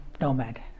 nomad